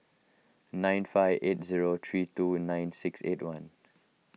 nine five eight zero three two nine six eight one